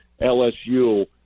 LSU